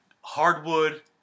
hardwood